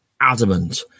adamant